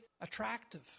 attractive